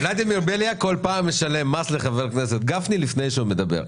ולדימיר בליאק כל פעם משלם מס לחבר הכנסת גפני לפני שהוא מדבר.